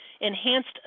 enhanced